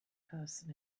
person